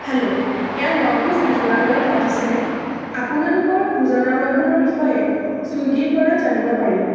hello এয়া ন ভোজ ভোজনালয়ত লাগিছেনে আপোনালোকৰ ভোজনালয়খনৰ বিষয়ে ছুইগীৰপৰা জানিব পাৰিলোঁ